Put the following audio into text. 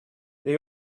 they